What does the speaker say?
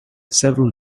several